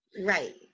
Right